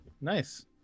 Nice